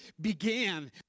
began